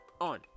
on